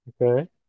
Okay